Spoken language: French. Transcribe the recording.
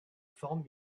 forme